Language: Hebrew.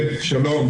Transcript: כן, שלום.